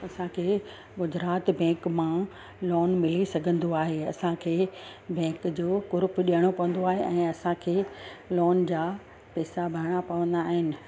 असांखे गुजरात बैंक मां लोन मिली सघंदो आहे असांखे बैंक जो कुरुप ॾियणो पवंदो आहे ऐं असांखे लोन जा पैसा भरिणा पवंदा आहिनि